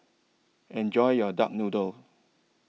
Enjoy your Duck Noodle